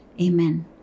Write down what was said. Amen